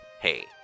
hey